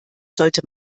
sollte